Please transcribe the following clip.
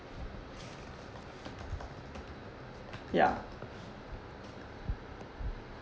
ya